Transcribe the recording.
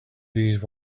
these